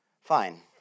Fine